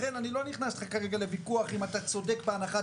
ולכן אני לא נכנס איתך כרגע לוויכוח אם אתה צודק בהנחת